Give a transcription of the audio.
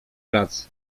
pracy